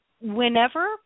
whenever